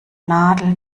nadel